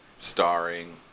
starring